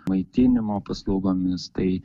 maitinimo paslaugomis tai